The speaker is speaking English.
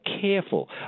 careful